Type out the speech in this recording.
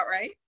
right